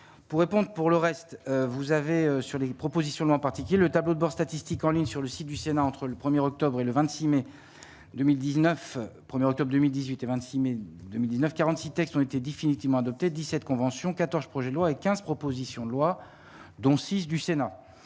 pour répondre, pour le reste, vous avez sur les propositions, en particulier le tableau de bord statistique en ligne sur le site du Sénat, entre le 1er octobre et le 26 mai 2019, première étape 2018 et 26 mai 2019 46 textes ont été définitivement adoptés 17 conventions 14 projets de loi et 15 propositions de loi dont six du Sénat